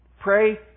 Pray